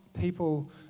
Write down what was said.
people